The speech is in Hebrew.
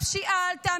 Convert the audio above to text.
הפשיעה עלתה,